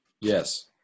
Yes